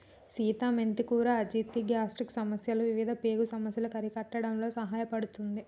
సీత మెంతి కూర అజీర్తి, గ్యాస్ట్రిక్ సమస్యలు ఇవిధ పేగు సమస్యలను అరికట్టడంలో సహాయపడుతుంది